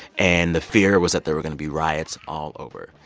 and the fear was that there were going to be riots all over.